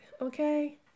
okay